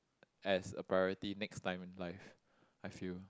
as a priority next time life I feel